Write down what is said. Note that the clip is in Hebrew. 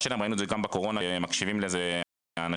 ראינו את זה גם בקורונה, שמקשיבים לזה אנשים